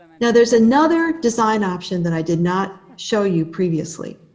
now, there's another design option that i did not show you previously.